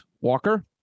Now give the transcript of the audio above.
Walker